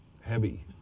heavy